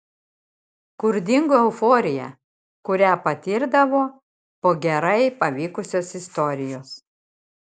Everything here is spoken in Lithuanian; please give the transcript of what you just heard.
kur dingo euforija kurią patirdavo po gerai pavykusios istorijos